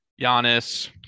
Giannis